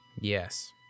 Yes